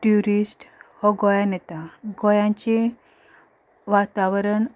tourist हो गोंयान येता गोंयांचें वातावरण ट्युरिस्ट हो गोंयान येता गोंयाचें वातावरण ज खंय मेळटा